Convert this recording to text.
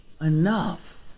enough